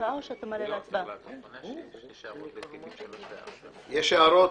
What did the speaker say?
יש הערות?